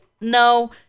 no